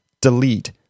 delete